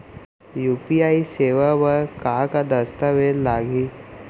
UPI सेवा बर का का दस्तावेज लागही?